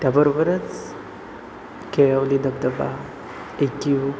त्याबरोबरच केळवली धबधबा एकीव